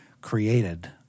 created